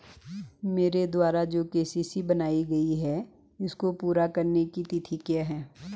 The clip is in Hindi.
मेरे द्वारा जो के.सी.सी बनवायी गयी है इसको पूरी करने की तिथि क्या है?